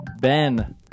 Ben